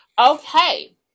Okay